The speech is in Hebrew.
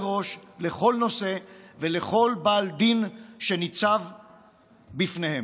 ראש לכל נושא ולכל בעל דין שניצב בפניהם.